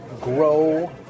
grow